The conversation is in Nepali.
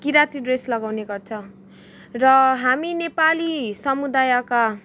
किराँती ड्रेस लगाउने गर्छ र हामी नेपाली समुदायका